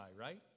right